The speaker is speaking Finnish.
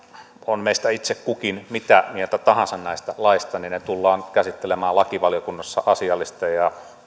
on meistä itse kukin mitä mieltä tahansa näistä laeista niin ne tullaan käsittelemään lakivaliokunnassa asiallisesti ja